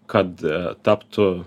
kad taptų